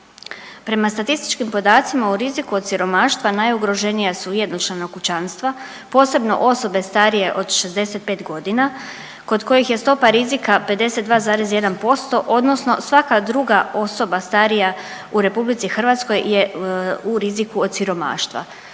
Prema statističkim podacima u riziku od siromaštva najugroženija su jednočlana kućanstva, posebno osobe starije od 65.g. kod kojih je stopa rizika 52,1% odnosno svaka druga osoba starija u RH je u riziku od siromaštva.